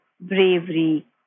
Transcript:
bravery